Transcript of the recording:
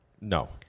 No